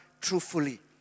truthfully